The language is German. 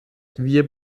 wir